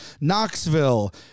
Knoxville